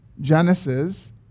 genesis